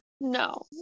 No